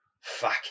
Fuck